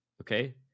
Okay